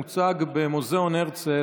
מוצג במוזיאון הרצל.